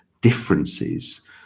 differences